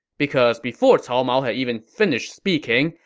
because before cao mao had even finished speaking,